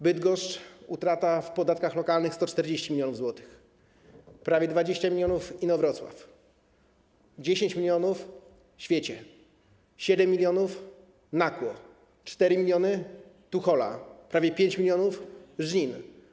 Bydgoszcz - strata w podatkach lokalnych 140 mln zł, prawie 20 mln - Inowrocław, 10 mln - Świecie, 7 mln - Nakło, 4 mln - Tuchola, prawie 5 mln - Żnin.